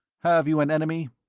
have you an enemy?